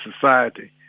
society